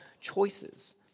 choices